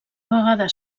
vegades